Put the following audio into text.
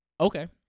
Okay